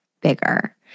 bigger